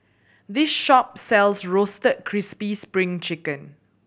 this shop sells Roasted Crispy Spring Chicken